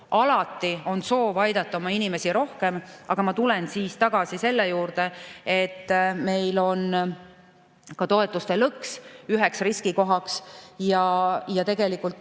Alati on soov aidata oma inimesi rohkem, aga ma tulen tagasi selle juurde, et meil on ka toetuste lõks üheks riskikohaks ja tegelikult